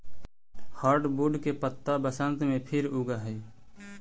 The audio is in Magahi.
हार्डवुड के पत्त्ता बसन्त में फिर उगऽ हई